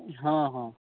हँ हँ